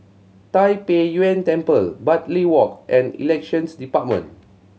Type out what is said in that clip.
Tai Pei Yuen Temple Bartley Walk and Elections Department